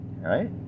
right